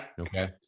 Okay